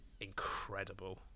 incredible